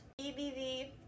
EBV